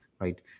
right